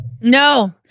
No